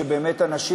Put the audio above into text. שאנשים